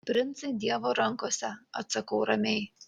princai dievo rankose atsakau ramiai